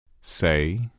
Say